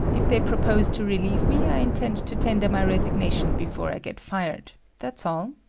if they propose to relieve me, i intend to tender my resignation before i get fired that's all.